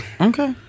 Okay